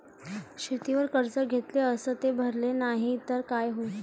शेतीवर कर्ज घेतले अस ते भरले नाही तर काय होईन?